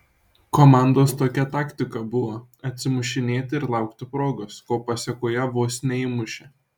komandos tokia taktika buvo atsimušinėti ir laukti progos ko pasėkoje vos neįmušė